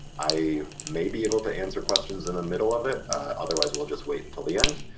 i may be able to answer questions and middle of it otherwise we'll just wait until the end.